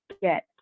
get